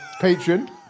patron